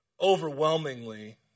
overwhelmingly